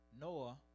Noah